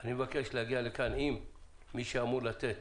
אני מבקש להגיע לכאן עם מי שאמור לתת